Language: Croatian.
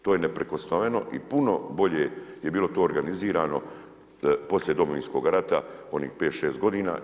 To je neprikosnoveno i puno bolje je bilo to organizirano poslije Domovinskog rata onih pet, šest godina.